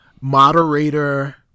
moderator